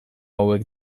hauek